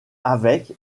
avec